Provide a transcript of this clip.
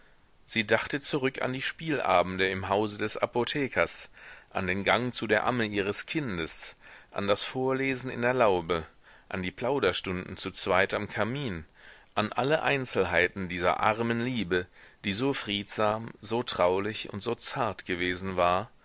sie dachte zurück an die spielabende im hause des apothekers an den gang zu der amme ihres kindes an das vorlesen in der laube an die plauderstunden zu zweit am kamin an alle einzelheiten dieser armen liebe die so friedsam so traulich und so zart gewesen war